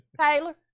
taylor